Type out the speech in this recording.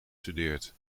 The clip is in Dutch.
studeert